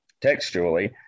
Textually